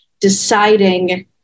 deciding